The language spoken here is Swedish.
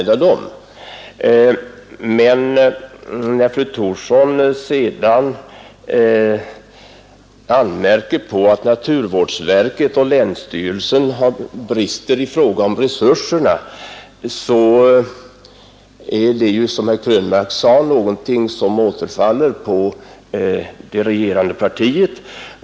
Fru Thorsson anmärkte sedan emellertid på att naturvårdsverket och länsstyrelserna har bristande resurser. Det är ju, som herr Krönmark sade, något som återfaller på det regerande partiet.